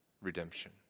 redemption